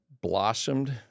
blossomed